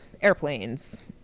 airplanes